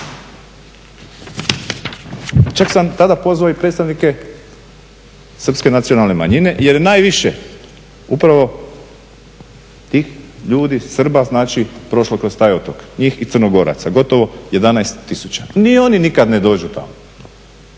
Čak sam tada pozvao i predstavnike Srpske nacionalne manjine jer je najviše upravo tih ljudi, Srba znači prošlo kroz taj otok, njih i Crnogoraca, gotovo 11 tisuća, ni oni nikada ne dođu tamo